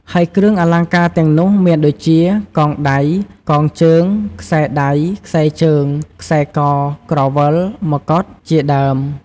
ហើយគ្រឿងអលង្ការទាំងនោះមានដូចជា កងដៃ កងជើង ខ្សែដៃ ខ្សែជើង ខ្សែក ក្រវិល មកុដ ជាដើម។